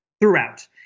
throughout